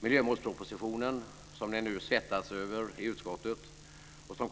Miljömålspropositionen som ni nu svettas över i utskottet